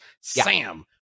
Sam